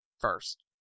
first